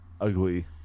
ugly